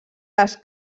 les